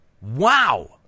wow